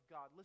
God